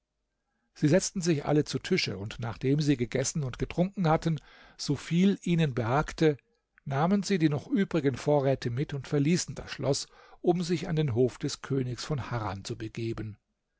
sie setzten sich alle zu tische und nachdem sie gegessen und getrunken hatten so viel ihnen behagte nahmen sie die noch übrigen vorräte mit und verließen das schloß um sich an den hof des königs von harran zu begeben